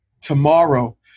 tomorrow